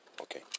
okay